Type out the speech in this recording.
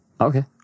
okay